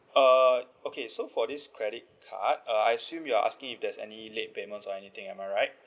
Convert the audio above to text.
uh okay so for this credit uh I assume you're asking if there's any late payment or anything am I right